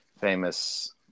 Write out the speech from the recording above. famous